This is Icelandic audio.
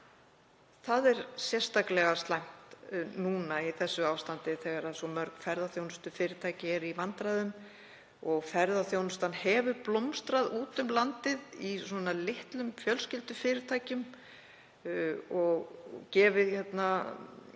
Það er sérstaklega slæmt núna í þessu ástandi þegar svo mörg ferðaþjónustufyrirtæki eru í vandræðum. Ferðaþjónustan hefur blómstrað úti um landið í litlum fjölskyldufyrirtækjum og aukið